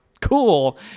cool